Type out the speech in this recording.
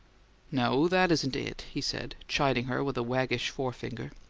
no that isn't it, he said, chiding her with a waggish forefinger.